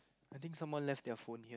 I think someone left their phone here